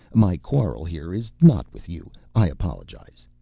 my quarrel here is not with you. i apologize.